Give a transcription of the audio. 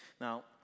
Now